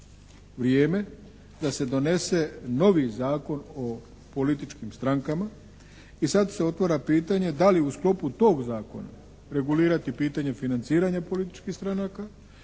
da se donese novi Zakon o političkim strankama i sad se otvara pitanje da li u sklopu tog Zakona regulirati pitanje financiranja političkih stranaka